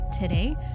today